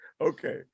Okay